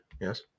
yes